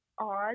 odd